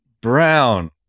Brown